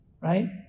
right